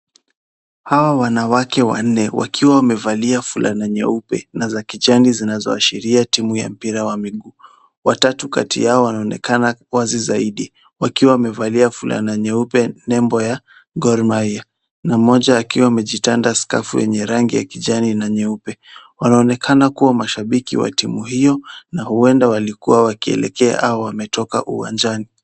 Hao wanawake wanne wakiwa wamevalia fulana nyeupe na za kijani zinazoashiria timu ya mpira ya miguu, watatu kati yao wanaonekana wazi zaidi, wakiwa wamevalia fulana nyeupe nembo ya Gor Mahia, na mmoja akiwa amejitanda skafu yenye rangi ya kijani na nyeupe, wanaonekana kuwa mashabiki wa timu hiyo na huenda walikuwa wakielekea au wametoka uwanjani.